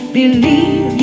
believe